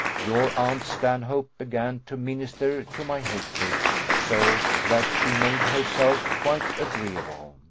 your aunt stanhope began to minister to my hatred so, that she made herself quite agreeable.